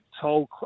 told